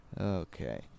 okay